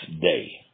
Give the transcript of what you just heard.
Day